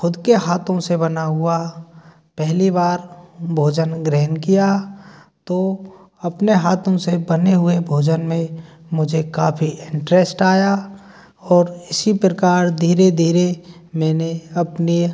ख़ुद के हाथों से बना हुआ पहली बार भोजन ग्रहण किया तो अपने हाथों से बने हुए भोजन में मुझे काफ़ी इन्टरेस्ट आया और इसी प्रकार धीरे धीरे मैंने अपनी